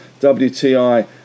WTI